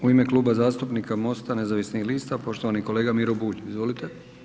U ime Kluba zastupnika MOST-a nezavisnih lista, poštovani kolega Miro Bulj, izvolite.